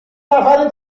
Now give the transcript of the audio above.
نفر